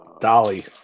Dolly